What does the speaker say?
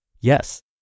Yes